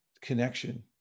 connection